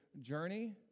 journey